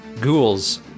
Ghouls